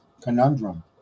conundrum